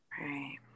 right